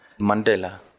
Mandela